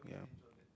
yeah